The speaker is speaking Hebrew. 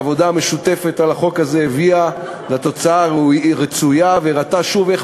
שהעבודה המשותפת על החוק הזה הביאה לתוצאה הרצויה והראתה שוב איך